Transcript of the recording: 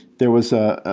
there was a